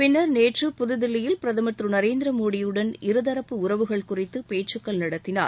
பின்னர் நேற்று புதுதில்லியில் பிரதமர் திரு நரேந்திர மோடியுடன் இருதரப்பு உறவுகள் குறித்து பேச்சுக்கள் நத்தினார்